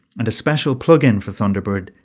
and a special plugin for thunderbird,